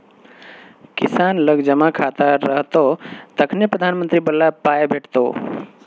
किसान लग जमा खाता रहतौ तखने प्रधानमंत्री बला पाय भेटितो